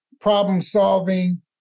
problem-solving